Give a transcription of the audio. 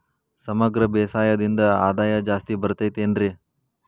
ಸಮಗ್ರ ಬೇಸಾಯದಿಂದ ಆದಾಯ ಜಾಸ್ತಿ ಬರತೈತೇನ್ರಿ?